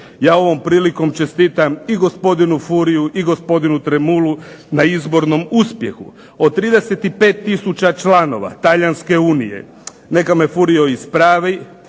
Ja ovom prilikom čestitam i gospodinu Furiu i gospodinu Tremulu na izbornom uspjehu. Od 35000 članova Talijanske unije neka me Furio ispravi